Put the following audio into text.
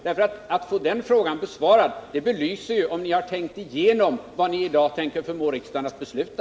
Det skulle ju belysa om ni tänkt igenom vad ni nu i dag tänker förmå riksdagen att besluta.